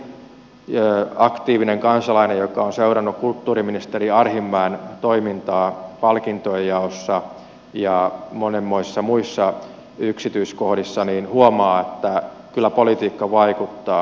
mutta varmaan aika moni aktiivinen kansalainen joka on seurannut kulttuuriministeri arhinmäen toimintaa palkintojenjaossa ja monenmoisissa muissa yksityiskohdissa huomaa että kyllä politiikka vaikuttaa